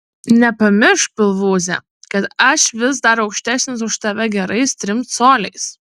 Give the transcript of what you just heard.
nepamiršk pilvūze kad aš vis dar aukštesnis už tave gerais trim coliais